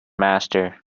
master